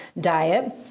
diet